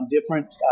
different